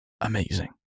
amazing